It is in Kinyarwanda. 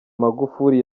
magufuli